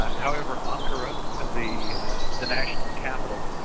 however ankara ah the the national capital